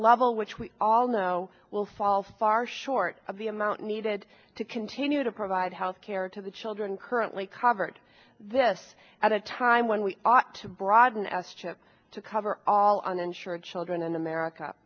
level which we all know will fall far short of the amount needed to continue to provide health care to the children currently covered this at a time when we ought to broaden s chip to cover all uninsured children in america